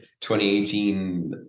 2018